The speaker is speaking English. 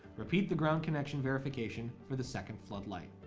repeat the ground connection verification for the second floodlight